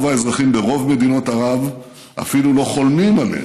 האזרחים ברוב מדינות ערב אפילו לא חולמים עליהן.